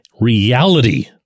reality